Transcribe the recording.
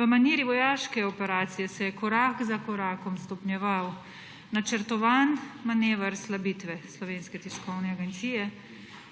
V maniri vojaške operacije se je korak za korak stopnjeval načrtovan manever slabitve Slovenske tiskovne agencije